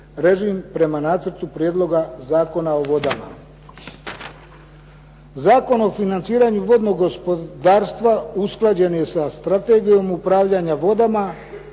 režim prema Nacrtu prijedloga zakona o vodama. Zakon o financiranju vodnog gospodarstva usklađen je sa Strategijom upravljanja vodama